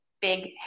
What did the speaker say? big